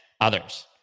others